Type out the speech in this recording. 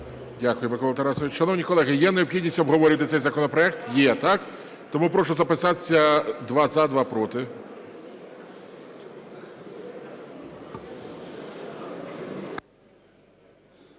Дякую, Микола Тарасович. Шановні колеги, є необхідність обговорювати цей законопроект? Є, так. Тому прошу записатися: два – за, два – проти.